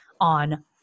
on